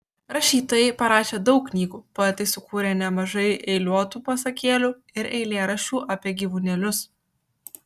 rašytojai parašė daug knygų poetai sukūrė nemažai eiliuotų pasakėlių ir eilėraščių apie gyvūnėlius